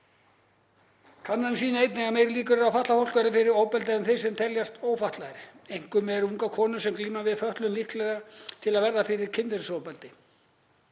Kannanir sýna einnig að meiri líkur eru á að fatlað fólk verði fyrir ofbeldi en þeir sem teljast ófatlaðir. Einkum eru ungar konur sem glíma við fötlun líklegar til að verða fyrir kynferðisofbeldi.